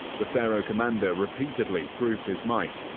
the pharaoh commander repeatedly proved his might,